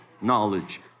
knowledge